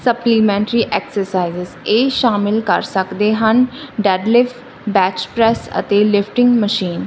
supplementary exercises ਇਹ ਸ਼ਾਮਿਲ ਕਰ ਸਕਦੇ ਹਨ ਡੈਡਲਿਫ ਬੈਚਪ੍ਰੈਸ ਅਤੇ ਲਿਫਟਿੰਗ ਮਸ਼ੀਨ